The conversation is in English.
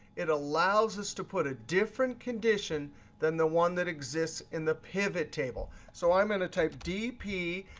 it allows us to put a different condition than the one that exists in the pivot table. so i'm in a type d p,